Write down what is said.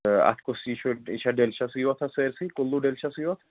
تہٕ اَتھ کُس یہِ چھُ یہِ چھا ڈیلشَسٕے یوت اَتھ سٲرسٕے کُلوٗ ڈیلشَسٕے یوت